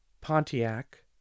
pontiac